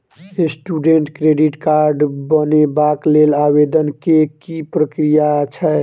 Student credit card बनेबाक लेल आवेदन केँ की प्रक्रिया छै?